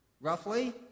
Roughly